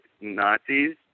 Nazis